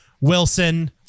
Wilson